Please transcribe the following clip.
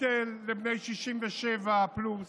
לבני 67 פלוס,